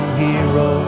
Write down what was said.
hero